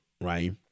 right